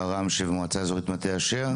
הרב של מועצה אזורית מטה אשר,